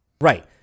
Right